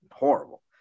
Horrible